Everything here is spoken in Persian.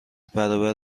برابر